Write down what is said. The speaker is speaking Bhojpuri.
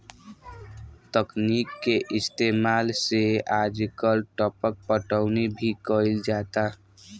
तकनीक के इस्तेमाल से आजकल टपक पटौनी भी कईल जाता